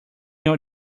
your